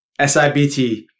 SIBT